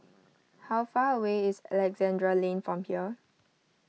how far away is Alexandra Lane from here